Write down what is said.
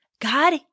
God